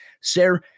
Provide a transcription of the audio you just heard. Sir